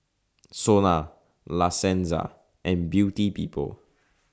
Sona La Senza and Beauty People